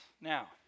Now